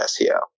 SEO